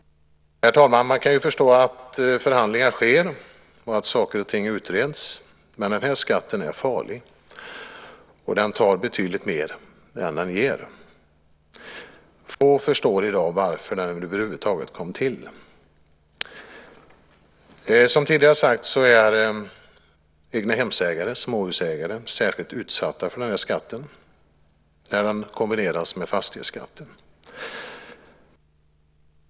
Herr talman! Man kan förstå att förhandlingar sker och att saker och ting utreds. Men den här skatten är farlig, och den tar betydligt mer än den ger. Få förstår i dag varför den över huvud taget kom till. Som tidigare sagts är egnahemsägare, småhusägare, särskilt utsatta för denna skatt när den kombineras med fastighetsskatten.